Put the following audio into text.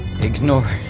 ignore